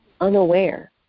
unaware